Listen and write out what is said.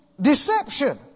deception